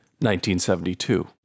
1972